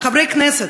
חברי כנסת,